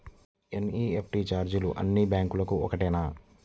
NEFT ఛార్జీలు అన్నీ బ్యాంక్లకూ ఒకటేనా?